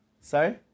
Sorry